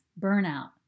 burnout